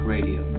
Radio